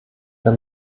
der